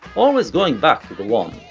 always going back to the one,